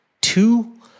Two